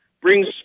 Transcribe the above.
Brings